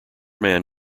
man